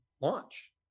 launch